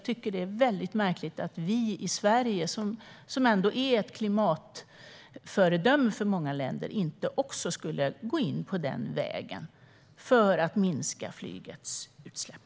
Det vore märkligt om vi i Sverige, som är ett klimatföredöme för många länder, inte också ska gå in på den vägen för att minska flygets utsläpp.